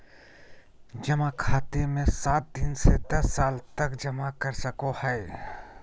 जमा खाते मे सात दिन से दस साल तक जमा कर सको हइ